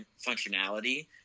functionality